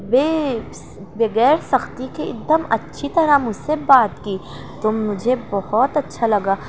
beeps بغیر سختی کے ایک دم اچھی طرح مجھ سے بات کی تو مجھے بہت اچھا لگا